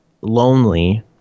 lonely